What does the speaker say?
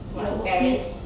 what parents